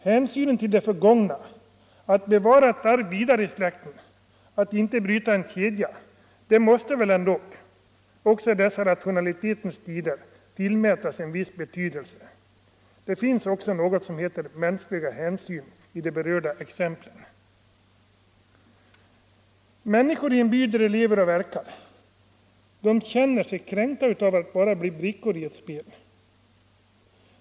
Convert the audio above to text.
Hänsynen till det förgångna — att man vill föra ett arv vidare i släkten och inte vill bryta en kedja — måste väl också i dessa rationalitetens tider tillmätas en viss betydelse. Det finns ändå något som heter mänskliga hänsyn i de berörda exemplen. Människor som lever och verkar i en by känner sig kränkta av att bara bli brickor i ett spel.